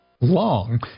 long